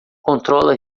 controla